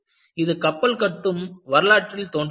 இது கப்பல் கட்டும் வரலாற்றில் தோன்றுகிறது